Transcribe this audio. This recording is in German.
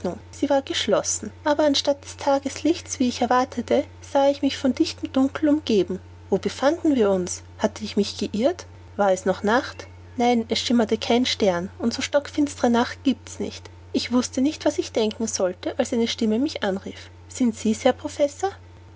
sie war geschlossen aber anstatt des tageslichtes wie ich erwartete sah ich mich von dichtem dunkel umgeben wo befanden wir uns hatte ich mich geirrt war es noch nacht nein es schimmerte kein stern und so stockfinstere nacht giebt's nicht ich wußte nicht was ich davon denken sollte als eine stimme mich anrief sind sie's herr professor